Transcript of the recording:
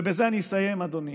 ובזה אני אסיים, אדוני,